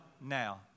now